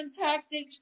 tactics